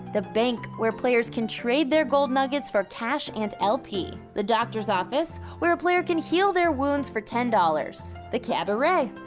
the bank, where players can trade their gold nuggets for cash and lp. the doctor's office, where a player can heal their wounds for ten dollars. the cabaret,